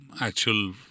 actual